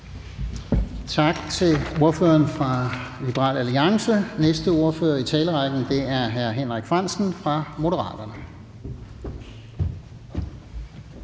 Tak til ordføreren fra Liberal Alliance. Næste ordfører i talerrækken er hr. Henrik Frandsen fra Moderaterne.